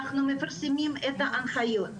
אנחנו מפרסמים את ההנחיות.